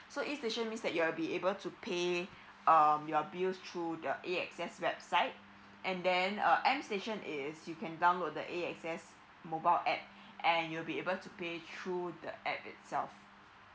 so E station means that you'll be able to pay um your bills through your A_X_S website and then uh M station is you can download the A_X_S mobile app and you'll be able to pay through the app itself